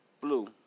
Blue